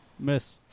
Miss